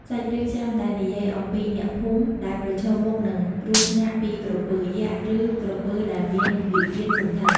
សាច់រឿងច្រើនតែនិយាយអំពីអ្នកភូមិដែលប្រឈមមុខនឹងគ្រោះថ្នាក់ពីក្រពើយក្ស ឬក្រពើដែលមានវិញ្ញាណសណ្ឋិត។